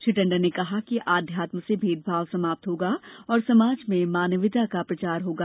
श्री टंडन ने कहा कि अध्यात्म से भेद भाव समाप्त होगा और समाज में मानवीयता का प्रसार होगा